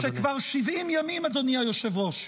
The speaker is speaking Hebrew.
-- שכבר 70 ימים, אדוני היושב-ראש,